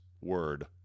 word